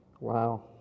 Wow